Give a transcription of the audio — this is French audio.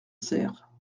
cère